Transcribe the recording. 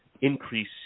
increase